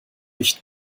licht